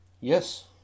Yes